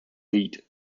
lied